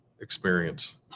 experience